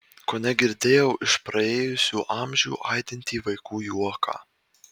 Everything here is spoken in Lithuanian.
kone girdėjau iš praėjusių amžių aidintį vaikų juoką